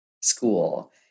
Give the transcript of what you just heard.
school